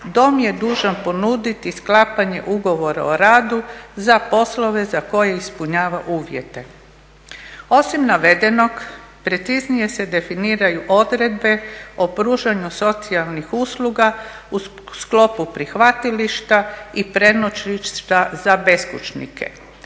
dom je dužan ponuditi sklapanje ugovora o radu za poslove za koje ispunjava uvjete. Osim navedenog preciznije se definiraju odredbe o pružanju socijalnih usluga u sklopu prihvatilišta i prenoćišta za beskućnike.